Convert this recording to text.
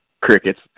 crickets